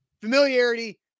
familiarity